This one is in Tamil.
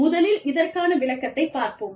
முதலில் இதற்கான விளக்கத்தைப் பார்ப்போம்